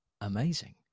amazing